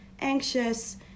anxious